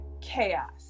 chaos